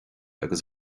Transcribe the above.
agus